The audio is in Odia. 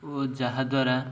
ଓ ଯାହାଦ୍ୱାରା